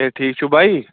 ہَے ٹھیٖک چھُو بھائی